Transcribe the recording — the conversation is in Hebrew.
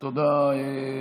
תודה.